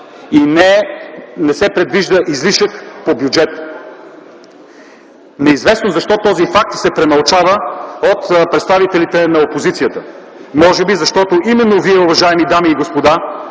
и не се предвижда излишък по бюджета. Неизвестно е защо този факт се премълчава от представителите на опозицията. Може би, защото именно вие, уважаеми дами и господа,